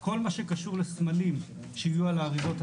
רוב ככל הציבור, חלק גדול לפחות בכל מקום